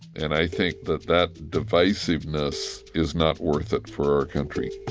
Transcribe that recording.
and i think that that divisiveness is not worth it for our country